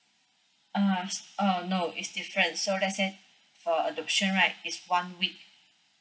err s~ err no it's different so let's say for adoption right is one week